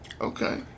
Okay